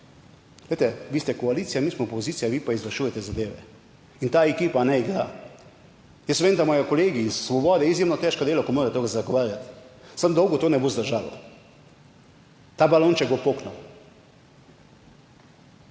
glejte vi ste koalicija, mi smo opozicija, vi pa izvršujete zadeve. In ta ekipa ne igra. Jaz vem, da imajo kolegi iz Svobode izjemno težko delo, ko morajo to zagovarjati, samo dolgo to ne bo zdržalo, ta balonček bo poknil.